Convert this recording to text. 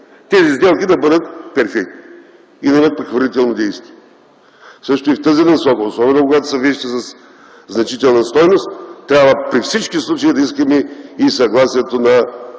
тези сделки да бъдат перфектни и да имат прехвърлително действие. Също и в тази насока, особено когато вещите са със значителна стойност, трябва при всички случаи да искаме и съгласието на